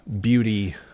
beauty